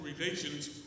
relations